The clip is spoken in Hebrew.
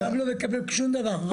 אני גם לא מקבל שום דבר.